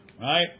Right